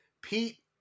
Pete